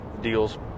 deals